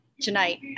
tonight